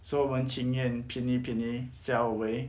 so 我们情愿便宜便宜 sell 喂